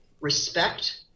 respect